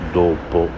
dopo